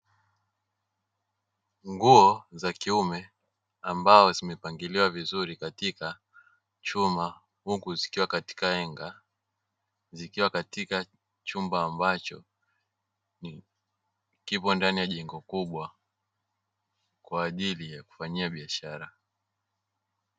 Nguo za kiume ambazo zimepangiliwa vizuri katika chumba huku zikiwa katika henga, zikiwa katika chumba ambacho kipo ndani ya jengo kubwa kwa ajili ya kufanyia biashara.